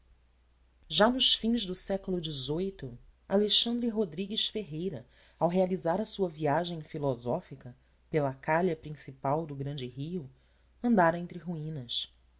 já nos fins do século xviii alexandre rodrigues ferreira ao realizar a sua viagem filosófica pela calha principal do grande rio andara entre ruínas